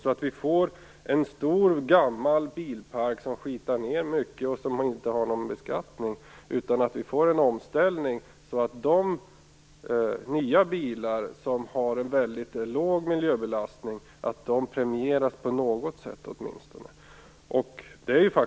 Det är viktigt att se till att vi inte får en stor och gammal bilpark som skitar ned mycket och som inte beskattas utan att vi i stället får till stånd en omställning, så att de nya bilar som har en väldigt låg miljöbelastning åtminstone premieras på något sätt.